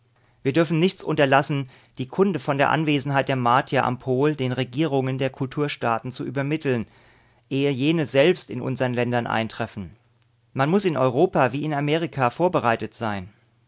wir dürfen nichts unterlassen die kunde von der anwesenheit der martier am pol den regierungen der kulturstaaten zu übermitteln ehe jene selbst in unsern ländern eintreffen man muß in europa wie in amerika vorbereitet sein